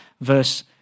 verse